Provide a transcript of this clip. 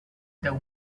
deu